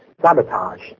sabotage